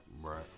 Right